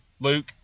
Luke